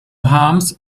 harms